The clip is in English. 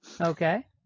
Okay